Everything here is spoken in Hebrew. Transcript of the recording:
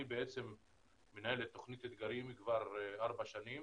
אני בעצם מנהל את תוכנית 'אתגרים' כבר ארבע שנים